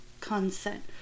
consent